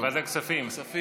בוועדת כספים.